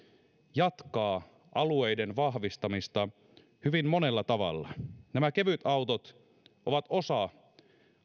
jatkaa alueiden vahvistamista hyvin monella tavalla nämä kevytautot ovat osa